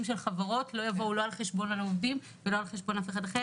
של חברות לא יבואו על חשבון העובדים ולא על חשבון אף אחד אחר.